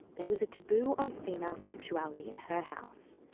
there was a taboo on female sexuality in her house.